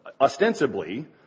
ostensibly